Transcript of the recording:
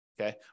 okay